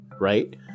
right